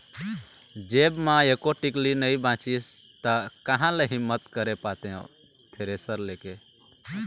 जेब म एको टिकली नइ बचिस ता काँहा ले हिम्मत करे पातेंव थेरेसर ले के